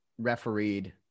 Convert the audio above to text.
refereed